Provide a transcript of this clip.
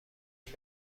این